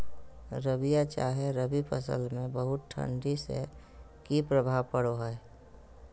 रबिया चाहे रवि फसल में बहुत ठंडी से की प्रभाव पड़ो है?